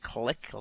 click